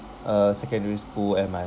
uh secondary school and my